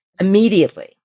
immediately